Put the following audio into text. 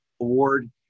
award